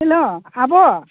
hello आब'